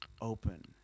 open